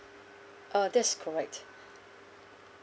uh that's correct